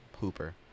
hooper